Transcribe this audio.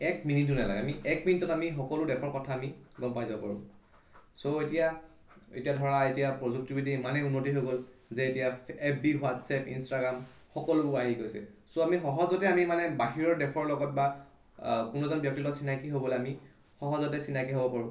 এক মিনিটো নালাগে আমি এক মিনিটত আমি সকলো দেশৰ কথা আমি গম পাই যাব পাৰোঁ চ' এতিয়া এতিয়া ধৰা এতিয়া প্ৰযুক্তিবিদ্যা ইনেই উন্নতি হৈ গ'ল যে এতিয়া এফ বি হোৱাটছএপ ইনষ্টাগ্ৰাম সকলো আহি গৈছে চ' আমি সহজতে আমি মানে বাহিৰৰ দেশৰ লগত বা কোনো এজন ব্যক্তিৰ লগত চিনাকি হ'বলৈ আমি সহজতে চিনাকি হ'ব পাৰোঁ